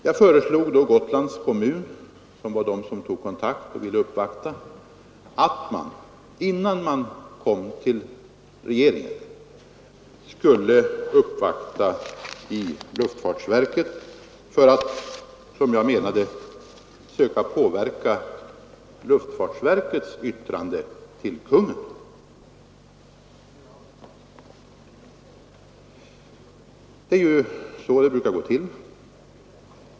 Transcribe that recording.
Därför föreslog jag Gotlands kommun att man, innan man kom till regeringen, skulle uppvakta luftfartsverket för att, som jag menade, söka påverka luftfartsverkets yttrande till Kungl. Maj:t. Det är så det brukar gå till.